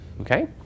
Okay